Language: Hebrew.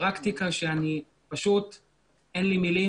פרקטיקה שאין לי מלים.